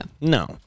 No